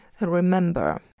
Remember